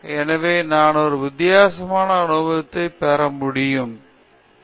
எனவே நான் ஒரு வித்தியாசமான அனுபவத்தை பெற முடியும் அவ்வளவுதான்